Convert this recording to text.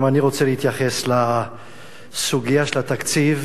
גם אני רוצה להתייחס לסוגיה של התקציב